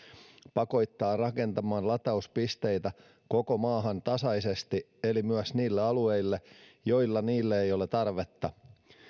pakottaa rakentamaan latauspisteitä koko maahan tasaisesti eli myös niille alueille joilla niille ei ole tarvetta